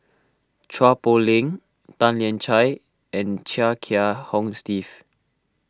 Chua Poh Leng Tan Lian Chye and Chia Kiah Hong Steve